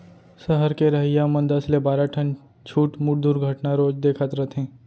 सहर के रहइया मन दस ले बारा ठन छुटमुट दुरघटना रोज देखत रथें